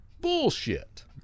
Bullshit